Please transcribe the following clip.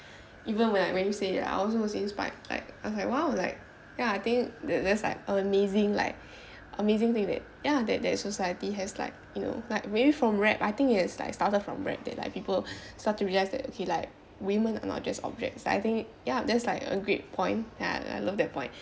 even when I when you said I was also inspir~ like I was like !wow! like ya I think th~ that's like amazing like amazing thing that ya that that society has like you know like maybe for rap I think it's like started from rap that like people starts to realise that okay like women are not just object like I think ya that's like a great point ya I Iove that point